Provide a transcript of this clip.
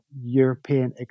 European